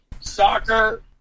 soccer